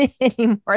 anymore